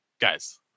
Guys